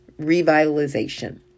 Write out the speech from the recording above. revitalization